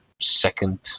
second